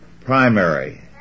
primary